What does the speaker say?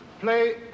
play